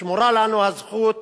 שמורה לנו הזכות